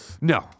No